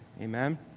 Amen